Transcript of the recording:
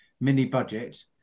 mini-budget